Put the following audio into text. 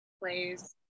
plays